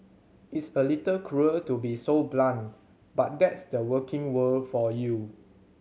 it's a little cruel to be so blunt but that's the working world for you